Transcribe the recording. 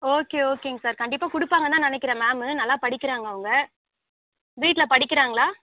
okay ஓகேங்க sir கண்டிப்பாக கொடுப்பாங்கன்னு தான் நினக்கிறேன் மேமு நல்லா படிக்கிறாங்க அவங்க வீட்டில் படிக்கிறாங்களா